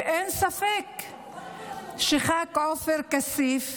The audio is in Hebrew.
אין ספק שח"כ עופר כסיף